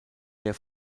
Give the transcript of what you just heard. der